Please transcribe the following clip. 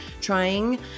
trying